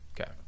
Okay